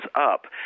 up